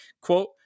Quote